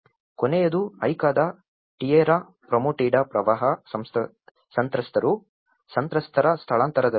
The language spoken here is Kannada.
ಕೊನೆಯದು ಐಕಾದ ಟಿಯೆರಾ ಪ್ರೊಮೆಟಿಡಾದಲ್ಲಿ ಪ್ರವಾಹ ಸಂತ್ರಸ್ತರ ಸ್ಥಳಾಂತರದಲ್ಲಿ